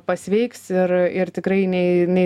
pasveiks ir ir tikrai nei nei